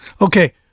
Okay